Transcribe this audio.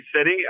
city